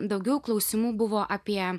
daugiau klausimų buvo apie